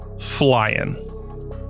flying